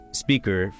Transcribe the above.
speaker